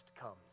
comes